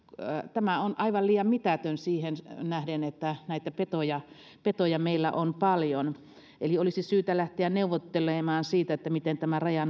tämä on aivan liian mitätöntä siihen nähden että meillä on näitä petoja petoja paljon olisi syytä lähteä neuvottelemaan siitä miten tämä raja